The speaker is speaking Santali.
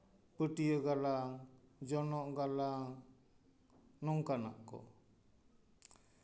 ᱯᱟᱹᱴᱭᱟᱹ ᱜᱟᱞᱟᱝ ᱡᱚᱱᱚᱜ ᱜᱟᱞᱟᱝ ᱱᱚᱝᱠᱟᱱᱟᱜ ᱠᱚ